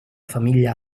famiglia